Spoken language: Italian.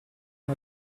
una